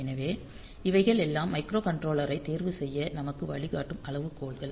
எனவே இவைகள் எல்லாம் மைக்ரோகண்ட்ரோலரைத் தேர்வுசெய்ய நமக்கு வழிகாட்டும் அளவுகோல்கள்